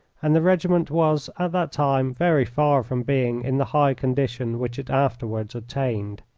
and the regiment was at that time very far from being in the high condition which it afterwards attained.